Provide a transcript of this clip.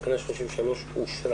תקנה 33 אושרה.